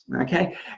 Okay